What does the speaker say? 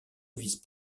vise